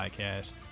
Podcast